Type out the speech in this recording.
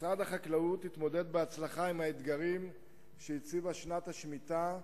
משרד החקלאות התמודד בהצלחה עם האתגרים שהציבה שנת השמיטה,